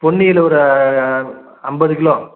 பொன்னியில ஒரு ஐம்பது கிலோ